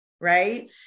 right